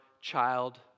child